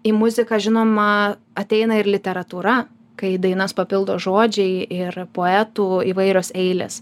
į muziką žinoma ateina ir literatūra kai dainas papildo žodžiai ir poetų įvairios eilės